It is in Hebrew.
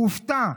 הוא הופתע.